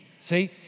See